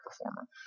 performer